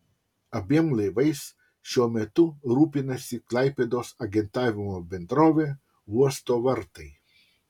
abiem laivais šiuo metu rūpinasi klaipėdos agentavimo bendrovė uosto vartai